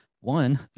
one